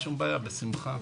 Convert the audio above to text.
אין בעיה, בשמחה.